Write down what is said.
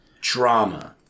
drama